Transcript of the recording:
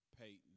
Peyton